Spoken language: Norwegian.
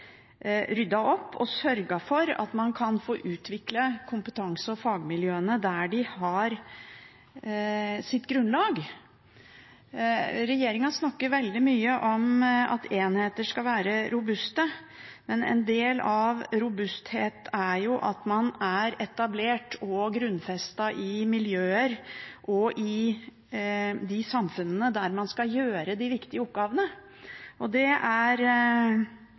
ryddet opp og sørget for at man kan få utvikle kompetansen og fagmiljøene der de har sitt grunnlag. Regjeringen snakker veldig mye om at enheter skal være robuste, men en del av robusthet er jo at man er etablert og grunnfestet i de miljøene og samfunnene hvor man skal gjøre de viktige oppgavene. Det er